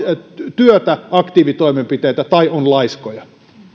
työtä tai aktiivitoimenpiteitä ja on laiskoja